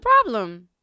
problem